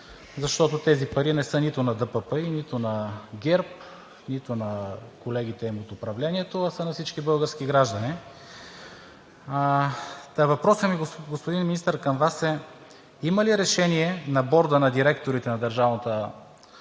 защото тези пари не са нито на ДППИ, нито на ГЕРБ, нито на колегите им от управлението, а са на всички български граждани. Въпросът ми, господин Министър, към Вас е: има ли решение на Борда на директорите на Държавното